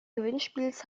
gewinnspiels